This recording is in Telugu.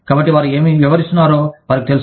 కాబట్టి వారు ఏమి వ్యవహరిస్తున్నారో వారికి తెలుసు